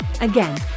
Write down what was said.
Again